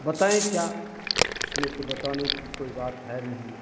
बताएँ क्या उसमें तो बताने की कोई बात है नहीं